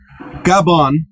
Gabon